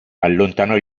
allontanò